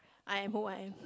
I am who I am